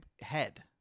head